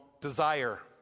desire